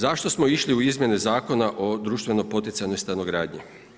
Zašto smo išli u izmjene Zakona o društveno poticanoj stanogradnji?